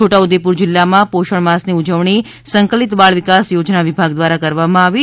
છોટાઉદેપુર જિલ્લામાં પણ પોષણ મા સની ઉજવણી સંકલિત બાળ વિકાસ યોજના વિભાગ દ્વારા કરવામાં આવી છે